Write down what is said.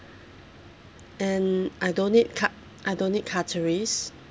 and I don't need cut I don't need cutleries